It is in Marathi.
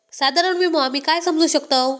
साधारण विमो आम्ही काय समजू शकतव?